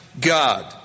God